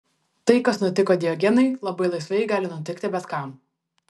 tai kas nutiko diogenui labai laisvai gali nutikti bet kam